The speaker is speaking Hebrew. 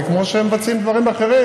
זה כמו שמבצעים דברים אחרים,